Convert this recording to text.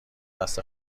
دست